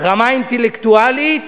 רמה אינטלקטואלית.